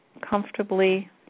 comfortably